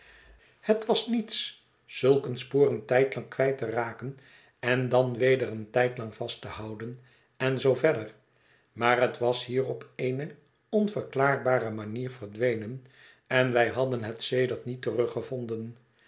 het was niets zulk een spoor een tijdlang kwijt te raken en dan weder een tijdlang vast te houden en zoo verder maar het was hier op eene onverklaarbare manier verdwenen en wij hadden het sedert niet terug